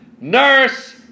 nurse